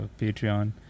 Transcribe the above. Patreon